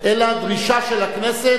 אלא דרישה של הכנסת,